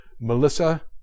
Melissa